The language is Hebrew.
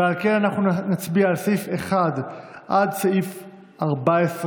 ולכן אנחנו נצביע על סעיף 1 עד סעיף 14,